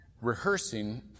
rehearsing